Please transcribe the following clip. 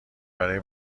برای